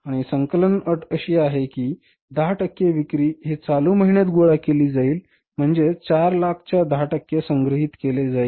आणि संकलन अट अशी आहे की 10 टक्के विक्री ही चालु महिन्यात गोळा केली जाईल म्हणजे 400000 च्या 10 टक्के संग्रहित केले जाईल